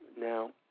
Now